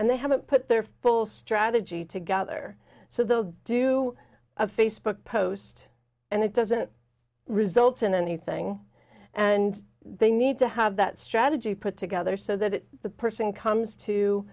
and they haven't put their full strategy together so they'll do a facebook post and it doesn't result in anything and they need to have that strategy put together so that the person comes to